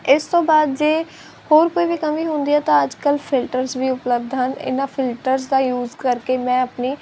ਇਸ ਤੋਂ ਬਾਅਦ ਜੇ ਹੋਰ ਕੋਈ ਵੀ ਕਮੀ ਹੁੰਦੀ ਹੈ ਤਾਂ ਅੱਜ ਕੱਲ੍ਹ ਫਿਲਟਰਸ ਵੀ ਉਪਲਬਧ ਹਨ ਇਹਨਾਂ ਫਿਲਟਰਸ ਦਾ ਯੂਜ ਕਰਕੇ ਮੈਂ ਆਪਣੀ